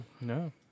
No